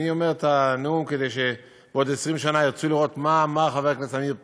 אני אומר את הנאום כדי שבעוד 20 שנה ירצו לראות מה חבר הכנסת עמיר פרץ,